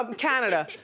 um canada.